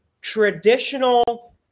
traditional